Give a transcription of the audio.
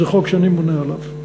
זה חוק שאני ממונה עליו.